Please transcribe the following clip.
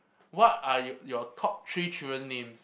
what are y~ your top three children names